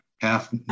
half